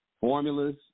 formulas